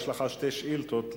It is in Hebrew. יש לך שתי שאילתות,